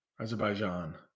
Azerbaijan